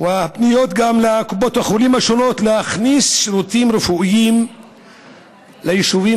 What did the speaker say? והפניות לקופות החולים השונות להכניס שירותים רפואיים ליישובים